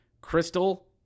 Crystal